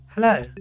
Hello